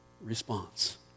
response